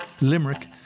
Limerick